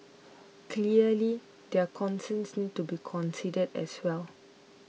clearly their concerns need to be considered as well